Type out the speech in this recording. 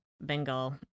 Bengal